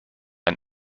ein